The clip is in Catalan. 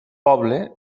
poble